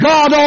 God